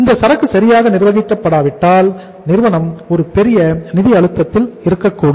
இந்த சரக்கு சரியாக நிர்வகிக்கப்படாவிட்டால் நிறுவனம் ஒரு பெரிய நிதி அழுத்தத்தில் இருக்கக்கூடும்